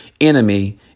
enemy